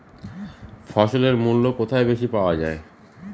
ফসলের মূল্য কোথায় বেশি পাওয়া যায়?